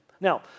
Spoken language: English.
Now